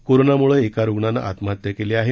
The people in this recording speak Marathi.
कोरोनामुळे एका रुग्णानं आत्महत्या केली आहे